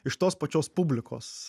iš tos pačios publikos